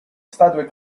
statue